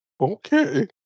Okay